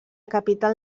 capital